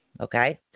okay